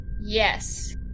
yes